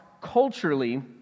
culturally